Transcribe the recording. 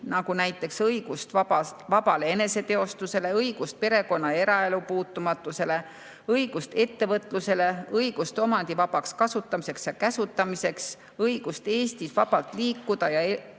näiteks õigust vabale eneseteostusele, õigust perekonna ja eraelu puutumatusele, õigust ettevõtlusele, õigust omandi vabaks kasutamiseks ja käsutamiseks, õigust Eestis vabalt liikuda ja